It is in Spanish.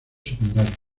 secundarios